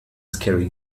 scary